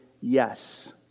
yes